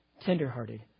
tender-hearted